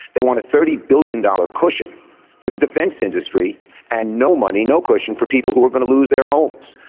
they want a thirty billion dollars cushion for the defense industry and no money no cushion for people who are going to lose their homes.